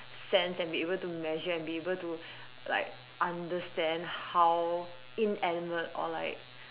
sense and be able to measure and be able to like understand how inanimate or like